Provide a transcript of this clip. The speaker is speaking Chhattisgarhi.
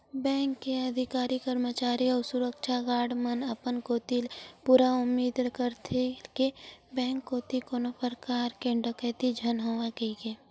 बेंक के अधिकारी, करमचारी अउ सुरक्छा गार्ड मन अपन कोती ले पूरा उदिम करथे के बेंक कोती कोनो परकार के डकेती झन होवय कहिके